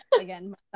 again